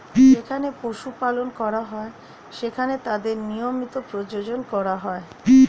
যেখানে পশু পালন করা হয়, সেখানে তাদের নিয়মিত প্রজনন করা হয়